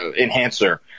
enhancer